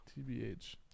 TBH